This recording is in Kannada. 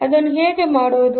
ಅದನ್ನು ಹೇಗೆ ಮಾಡುವುದು